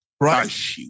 right